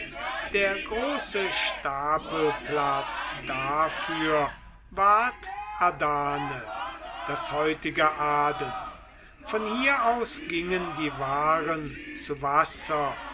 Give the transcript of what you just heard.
der große stapelplatz dafür ward adane das heutige aden von hier aus gingen die waren zu wasser